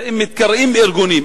הם מתקראים "ארגונים",